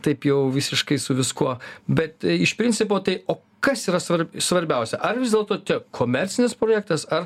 taip jau visiškai su viskuo bet iš principo tai o kas yra svar svarbiausia ar vis dėlto čia komercinis projektas ar